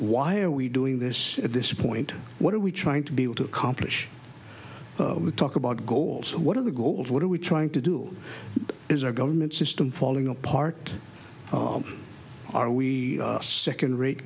why are we doing this at this point what are we trying to be able to accomplish we talk about goals what are the goals what are we trying to do is our government system falling apart are we a second rate